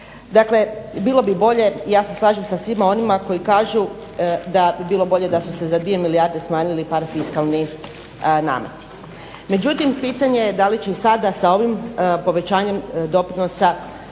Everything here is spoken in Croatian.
Dakle, bilo bi bolje, ja se slažem sa svima onima koji kažu da bi bilo bolje da su se za dvije milijarde smanjili parafiskalni nameti. Međutim, pitanje je da li će i sada sa ovim povećanjem doprinosa